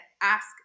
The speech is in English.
ask